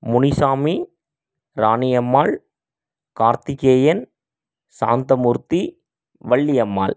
Munisamy Raniyammal Karthikeyan Santhamoorthy Valliammal